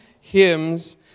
hymns